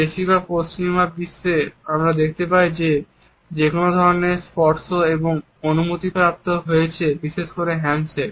বেশিরভাগ পশ্চিমা বিশ্বে আমরা দেখতে পাই যে কিছু ধরণের স্পর্শ এখন অনুমতিপ্রাপ্ত হয়েছে বিশেষ করে হ্যান্ডশেক